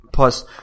Plus